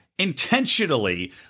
intentionally